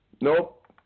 nope